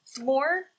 more